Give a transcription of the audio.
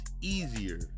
easier